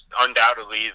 undoubtedly